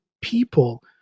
people